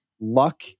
luck